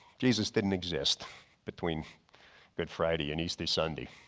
jesus didn't exist between good friday and easter sunday.